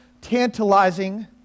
tantalizing